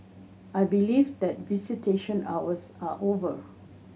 I believe that visitation hours are over